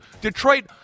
Detroit